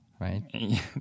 right